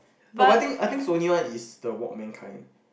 no but I think I think Sony one is the walkman kind